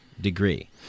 degree